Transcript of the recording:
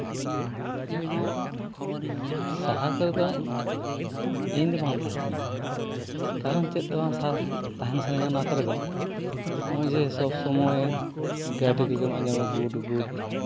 ᱥᱟᱦᱟᱨ ᱠᱚᱨᱮ ᱫᱚ ᱤᱧ ᱫᱚ ᱵᱟᱝ ᱛᱟᱦᱮᱱ ᱥᱟᱱᱟᱧᱟ ᱠᱟᱨᱚᱱ ᱪᱮᱫ ᱵᱟᱝ ᱛᱟᱦᱮᱱ ᱥᱟᱱᱟᱧᱟ ᱚᱱᱟ ᱠᱚᱨᱮ ᱫᱚ ᱱᱚᱜᱼᱚᱭ ᱡᱮ ᱥᱚᱵ ᱥᱚᱢᱚᱭ ᱜᱟᱹᱰᱤ ᱠᱚᱜᱮ ᱱᱚᱜᱼᱚᱭ ᱡᱮᱢᱚᱱ ᱜᱩᱰᱼᱜᱩᱰ